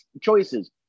choices